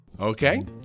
Okay